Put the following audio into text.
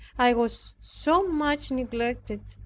i was so much neglected,